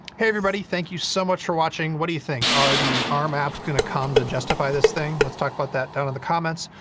hey everybody, thank you so much for watching! what do you think? are the arm apps gonna come to justify this thing? let's talk about that down in the comments.